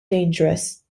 dangerous